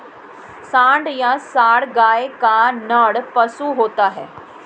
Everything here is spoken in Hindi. सांड या साँड़ गाय का नर पशु होता है